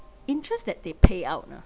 interest that they pay out ah